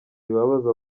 bibabaza